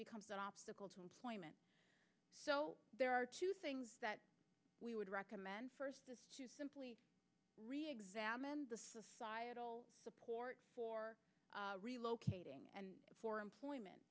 becomes an obstacle to point so there are two things that we would recommend first is to simply re examine the societal support for relocating and for employment